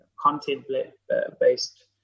content-based